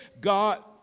God